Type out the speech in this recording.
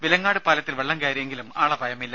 വിലങ്ങാട് പാലത്തിൽ വെള്ളം കയറിയെങ്കിലും ആളപായമില്ല